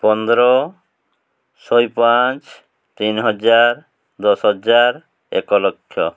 ପନ୍ଦର ଶହେ ପାଞ୍ଚ ତିନ୍ ହଜାର ଦଶ ହଜାର ଏକ ଲକ୍ଷ